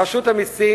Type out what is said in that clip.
רשות המסים,